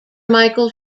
michael